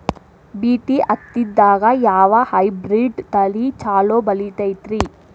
BT ಹತ್ತಿದಾಗ ಯಾವ hybrid ತಳಿ ಛಲೋ ಬೆಳಿತೈತಿ?